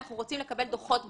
אנחנו רוצים לקבל דוחות ביצוע.